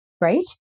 Right